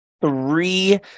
three